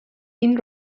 این